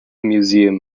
museum